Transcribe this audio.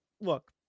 look